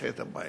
עושה את הבעיות.